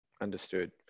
Understood